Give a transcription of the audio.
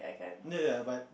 ya but